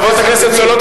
חברת הכנסת סולודקין,